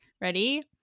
Ready